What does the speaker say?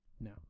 No